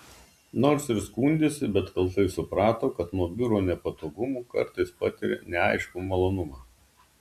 nors ir skundėsi bet kaltai suprato kad nuo biuro nepatogumų kartais patiria neaiškų malonumą